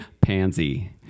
pansy